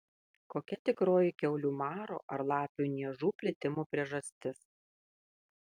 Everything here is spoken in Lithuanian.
kokia tikroji kiaulių maro ar lapių niežų plitimo priežastis